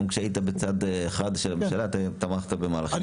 גם כשהיית בצד אחד של הממשלה אתה תמכת במהלכים ---.